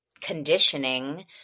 conditioning